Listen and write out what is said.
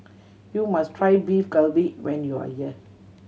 you must try Beef Galbi when you are here